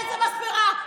איזו מספרה,